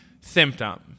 symptom